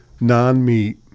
non-meat